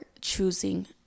choosing